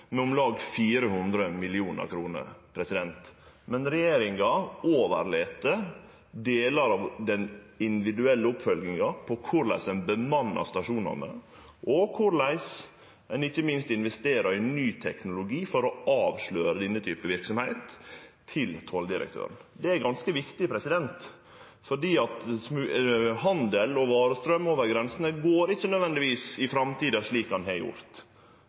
om lag 400 mill. kr. Men regjeringa overlèt delar av den individuelle oppfølginga av korleis ein bemannar stasjonane, og ikkje minst korleis ein investerer i ny teknologi for å avsløre denne typen verksemd, til Tolldirektoratet. Det er ganske viktig, for handelen og varestraumen over grensene går ikkje nødvendigvis i framtida slik han har gjort.